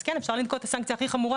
אז כן אפשר לנקוט בסנקציה הכי חמורה